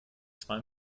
zwei